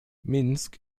minsk